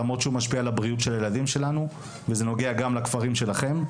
למרות שזה משפיע על הבריאות של הילדים שלנו וזה נוגע גם לכפרים שלכם.